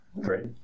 great